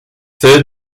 third